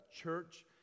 church